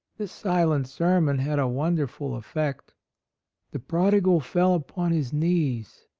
this silent sermon had a wonderful effect the prodigal fell upon his knees,